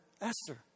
Esther